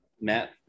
matt